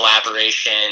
collaboration